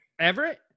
Everett